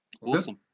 Awesome